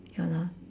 ya lor